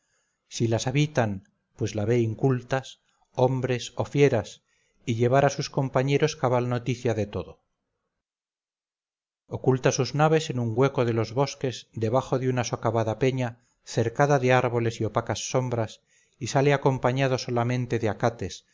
si las habitan pues las ve incultas hombres o fieras y llevar a sus compañeros cabal noticia de todo oculta sus naves en un hueco de los bosques debajo de una socavada peña cercada de árboles y opacas sombras y sale acompañado solamente de